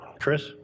Chris